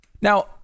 Now